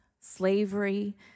slavery